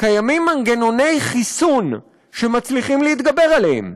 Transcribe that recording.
קיימים מנגנוני חיסון שמצליחים להתגבר עליהם.